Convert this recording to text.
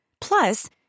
Plus